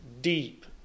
deep